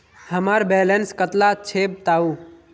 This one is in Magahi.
हमार बैलेंस कतला छेबताउ?